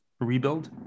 Rebuild